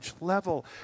level